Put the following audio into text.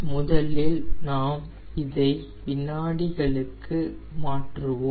முதலில் நாம் இதை வினாடிகளுக்கு மாற்றுவோம்